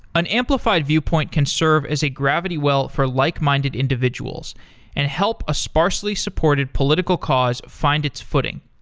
an amplified viewpoint can serve as a gravity well for likeminded individuals and help a sparsely supported political cause find its footing.